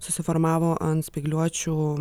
susiformavo ant spygliuočių